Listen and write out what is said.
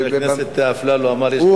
חבר הכנסת אפללו אמר, גם וגם.